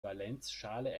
valenzschale